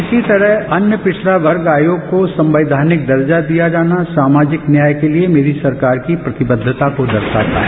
इसी तरह अन्य पिछड़ा वर्ग आयोग को संवैधानिक दर्जा दिया जाना सामाजिक न्याय के लिए मेरी सरकार की प्रतिबद्वता को दर्शाता है